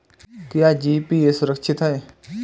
क्या जी.पी.ए सुरक्षित है?